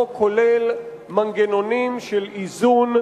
החוק כולל מנגנונים של איזון,